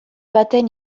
baten